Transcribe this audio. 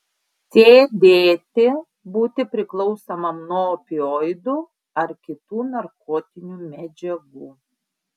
sėdėti būti priklausomam nuo opioidų ar kitų narkotinių medžiagų